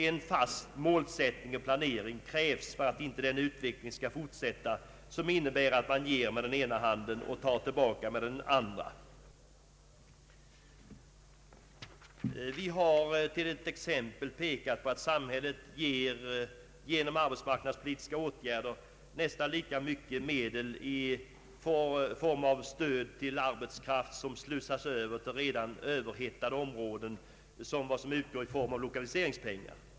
En fast målsättning och planering krävs för att inte den utveckling skall fortsätta, som innebär att man ger med den ena handen och tar tillbaka med den andra. Vi har som ett exempel pekat på att samhället genom arbetsmarknadspolitiska åtgärder ger nästan lika mycket medel i form av stöd till arbetskraft, som slussas över till redan överhettade områden, som man ger ut i form av lokaliseringspengar.